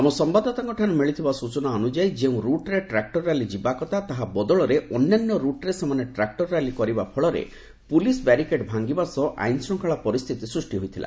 ଆମ ସମ୍ବାଦଦାତାଙ୍କଠାରୁ ମିଳିଥିବା ସୂଚନା ଅନୁଯାୟୀ ଯେଉଁ ରୁଟ୍ରେ ଟ୍ରାକ୍ଟର ର୍ୟାଲି ଯିବା କଥା ତାହା ବଦଳରେ ଅନ୍ୟାନ୍ୟ ରୁଟ୍ରେ ସେମାନେ ଟ୍ରାକ୍ର ର୍ୟାଲି କରିବା ଫଳରେ ପୁଲିସ୍ ବ୍ୟାରିକେଡ୍ ଭାଙ୍ଗିବା ସହ ଆଇନ୍ ଶୃଙ୍ଖଳା ପରିସ୍ଥିତି ସୃଷ୍ଟି ହୋଇଥିଲା